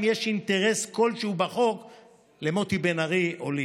יש אינטרס כלשהו בחוק למוטי בן ארי או לי.